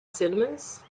cinemas